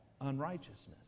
unrighteousness